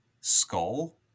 skull